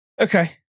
Okay